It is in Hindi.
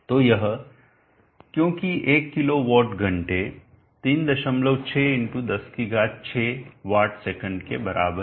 तो यह क्योंकि एक किलो वाट घंटे 36×106 वाट सेकंड के बराबर है